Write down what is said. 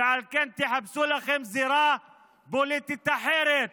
ועל כן תחפשו לכם זירה פוליטית אחרת